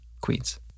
Queens